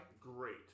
great